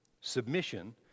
submission